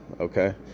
Okay